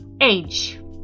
age